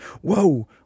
Whoa